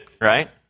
Right